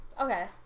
Okay